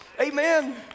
Amen